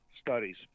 studies